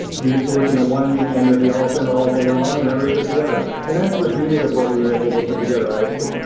used to looking at one end of the elephant all day long, and others at the other. and that's the beauty of what we were able to put together. you